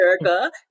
America